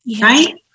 right